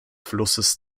flusses